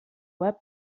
web